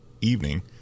evening